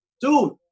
Dude